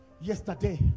Yesterday